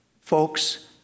Folks